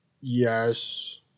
yes